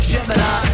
Gemini